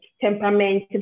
temperament